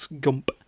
Gump